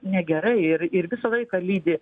negerai ir ir visą laiką lydi